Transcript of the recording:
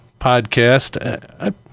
podcast